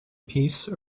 piece